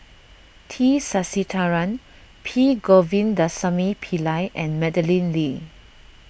T Sasitharan P Govindasamy Pillai and Madeleine Lee